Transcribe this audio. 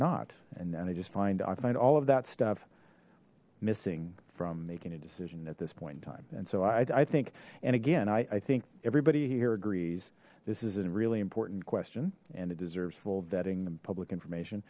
not and then i just find i find all of that stuff missing from making a decision at this point in time and so i think and again i i think everybody here agrees this is a really important question and it deserves full vetting and public information